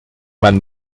man